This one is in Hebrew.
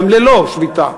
גם ללא שביתה.